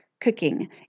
cooking